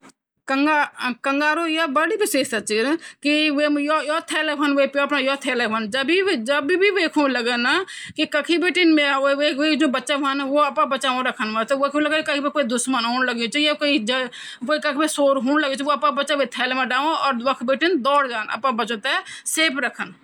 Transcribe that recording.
हम अपरा खाणों माँ ज्यादा अनाज जोड़ि सकदा -जनि हम नाश्ता माँ साबुत अनाज, जन दलिया, मूसली, मुँगरी, सफेद अनाज का बजाय ब्राउन राइस, सूप, पुलाव माँ जौ डाली ते भी खे सकदन।